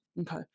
Okay